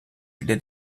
bile